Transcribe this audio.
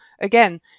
again